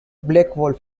blackwell